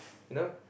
you know